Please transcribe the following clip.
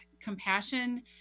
compassion